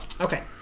Okay